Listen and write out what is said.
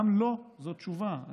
גם "לא" זו תשובה,